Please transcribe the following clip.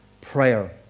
prayer